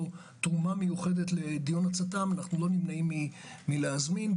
תרומה מיוחדת לדיון הצט"ם אנו לא נמנעים מלהזמין.